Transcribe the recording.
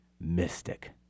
mystic